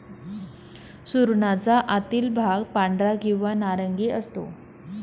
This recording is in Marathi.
सुरणाचा आतील भाग पांढरा किंवा नारंगी असतो